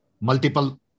multiple